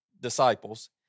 disciples